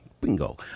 Bingo